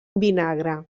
vinagre